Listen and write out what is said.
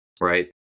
right